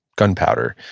gunpowder.